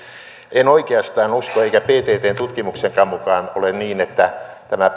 en oikeastaan usko eikä pttn tutkimuksenkaan mukaan ole niin että tämä